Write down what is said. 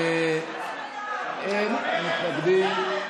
אין מתנגדים,